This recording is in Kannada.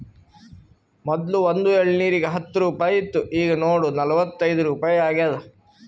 ಮೊದ್ಲು ಒಂದ್ ಎಳ್ನೀರಿಗ ಹತ್ತ ರುಪಾಯಿ ಇತ್ತು ಈಗ್ ನೋಡು ನಲ್ವತೈದು ರುಪಾಯಿ ಆಗ್ಯಾದ್